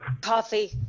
Coffee